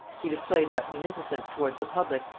he displayed that munificence towards the public,